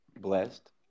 blessed